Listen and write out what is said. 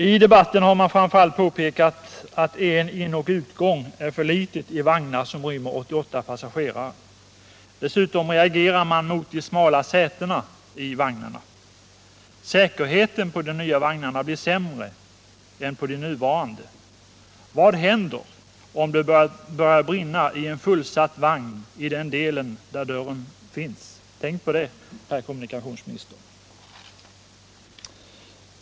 I debatten har man framför allt påpekat att en enda inoch utgång är för litet i vagnar som rymmer 88 passagerare. Dessutom reagerar man mot de smala sätena i vagnarna. Säkerheten på de nya vagnarna blir sämre än på de nuvarande. Vad händer om det börjar brinna i en fullsatt vagn i den del där dörren finns? Tänk på det, herr kommunikationsminister!